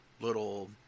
little